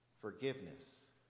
Forgiveness